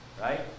right